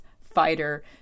fighter